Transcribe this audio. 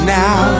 now